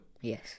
Yes